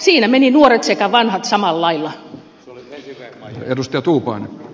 siinä menivät nuoret sekä vanhat samanlailla